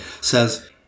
says